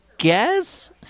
guess